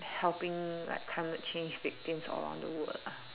helping like climate change victims all around the world ah